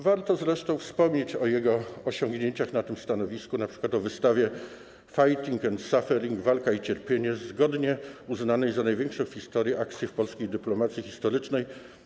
Warto zresztą wspomnieć o jego osiągnięciach na tym stanowisku, np. o wystawie „Fighting and Suffering” - walka i cierpienie, zgodnie uznanej za największą w historii akcję polskiej dyplomacji historycznej.